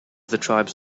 because